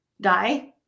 die